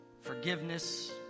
forgiveness